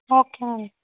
okay